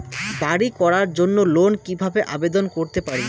বাড়ি করার জন্য লোন কিভাবে আবেদন করতে পারি?